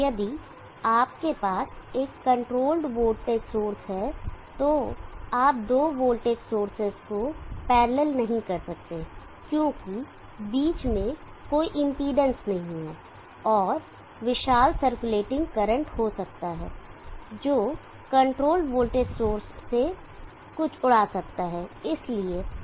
यदि आपके पास एक कंट्रोल्ड वोल्टेज सोर्स है तो आप दो वोल्टेज सोर्सेज को पैरलल नहीं कर सकते हैं क्योंकि बीच में कोई इंपेडेंस नहीं है और विशाल सर्कुलेटिंग करंट हो सकता है जो कंट्रोल्ड वोल्टेज सोर्स में कुछ उड़ा सकता है